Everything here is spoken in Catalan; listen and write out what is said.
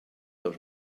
dos